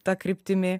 ta kryptimi